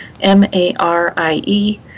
M-A-R-I-E